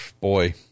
boy